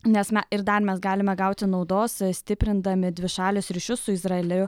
nes na ir dar mes galime gauti naudos stiprindami dvišalius ryšius su izraeliu